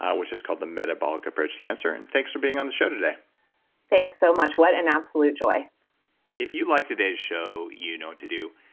which is called the metabolic approach to cancer. and thanks for being on the show today thanks so much. what an absolute joy if you liked today's show, you know what to do.